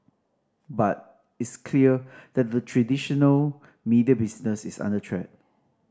but it's clear that the traditional media business is under threat